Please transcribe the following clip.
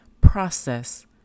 process